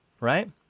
right